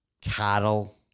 cattle